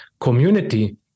community